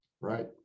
Right